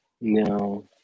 No